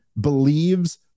believes